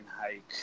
hike